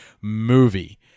movie